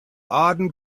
aden